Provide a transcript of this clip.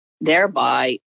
Thereby